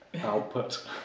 output